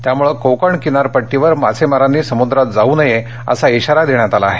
त्यामुळे कोकण किनारपट्टीवर मासेमारांनी समुद्रात जाऊ नये असा इशारा देण्यात आला आहे